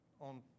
on